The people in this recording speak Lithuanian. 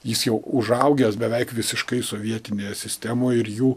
jis jau užaugęs beveik visiškai sovietinėje sistemoje ir jų